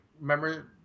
remember